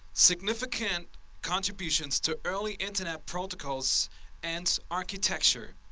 significant contributions to early internet protocols and architecture.